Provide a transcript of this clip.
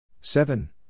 Seven